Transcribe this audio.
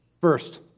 First